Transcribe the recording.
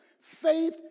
Faith